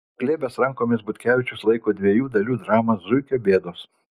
apglėbęs rankomis butkevičius laiko dviejų dalių dramą zuikio bėdos